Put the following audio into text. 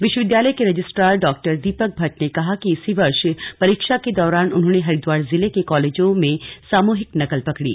विश्वविद्यालय के रजिस्ट्रार डा दीपक भट्ट ने कहा कि इसी वर्ष परीक्षा के दौरान उन्होंने हरिद्वार जिले के कालेजो में सामूहिक नकल पकड़ी